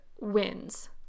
wins